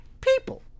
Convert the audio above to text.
people